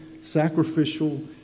sacrificial